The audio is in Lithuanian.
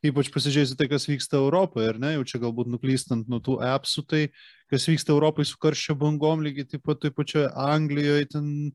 ypač pasižėjus į tai kas vyksta europoj ar ne jau čia galbūt nuklystant nuo tų apsų tai kas vyksta europoj su karščio bangom lygiai taip pat toj pačioj anglijoj ten